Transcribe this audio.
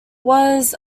was